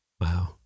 Wow